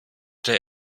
der